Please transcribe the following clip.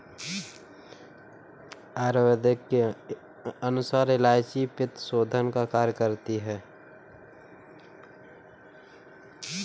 आयुर्वेद के अनुसार इलायची पित्तशोधन का कार्य करती है